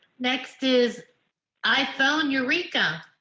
next is iphone eureka.